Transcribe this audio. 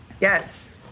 Yes